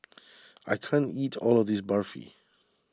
I can't eat all of this Barfi